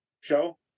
show